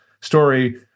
story